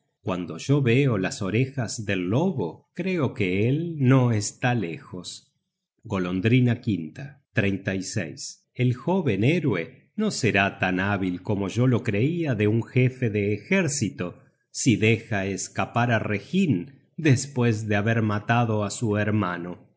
cuando yo veo las orejas del lobo creo que él no está lejos golondrina quinta el jóven héroe no será tan hábil como yo lo creia de un jefe de ejército si deja escapar á reginn despues de haber matado á su hermano